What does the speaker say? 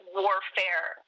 warfare